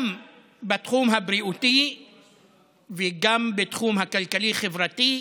גם בתחום הבריאותי וגם בתחום הכלכלי-חברתי,